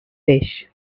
fish